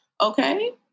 okay